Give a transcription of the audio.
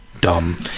dumb